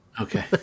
okay